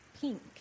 pink